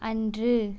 அன்று